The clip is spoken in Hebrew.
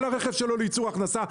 כל הרכב שלו לייצור הכנסה.